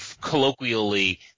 colloquially